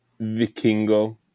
Vikingo